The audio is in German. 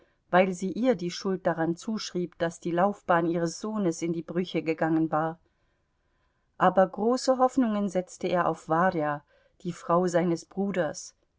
weil sie ihr die schuld daran zuschrieb daß die laufbahn ihres sohnes in die brüche gegangen war aber große hoffnungen setzte er auf warja die frau seines bruders